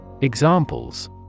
Examples